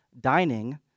dining